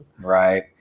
right